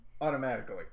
automatically